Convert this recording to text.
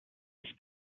his